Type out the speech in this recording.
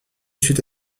suite